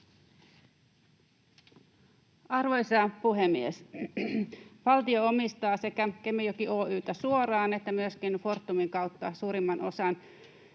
Arvoisa puhemies! Valtio omistaa sekä Kemijoki Oy:tä suoraan että myöskin Fortumin kautta suurimman osan.